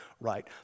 right